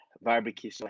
barbecue